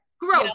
gross